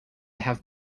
have